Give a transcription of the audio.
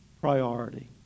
priority